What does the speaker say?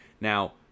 Now